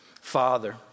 Father